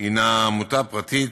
היא עמותה פרטית,